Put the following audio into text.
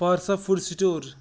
Parsa food store